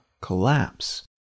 collapse